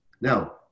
Now